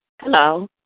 Hello